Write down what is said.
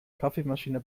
kaffeemaschine